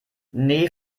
nee